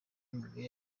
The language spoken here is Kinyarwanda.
amabuye